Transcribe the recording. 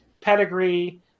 pedigree